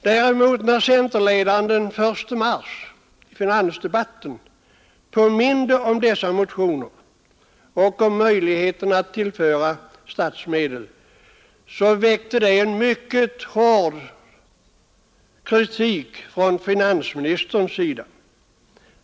När centerledaren den 1 mars i finansdebatten påminde om dessa motioner och om möjligheterna att tillföra statsmedel, mötte det däremot en mycket hård kritik från finansministerns sida.